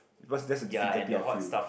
because that's the difficulty I feel